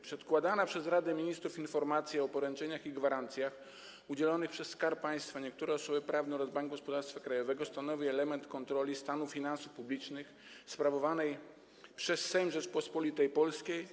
Przedkładana przez Radę Ministrów informacja o poręczeniach i gwarancjach udzielonych przez Skarb Państwa, niektóre osoby prawne oraz Bank Gospodarstwa Krajowego stanowi element kontroli stanu finansów publicznych sprawowanej przez Sejm Rzeczypospolitej Polskiej.